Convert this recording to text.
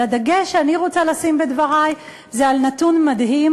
אבל הדגש שאני רוצה לשים בדברי הוא על נתון מדהים,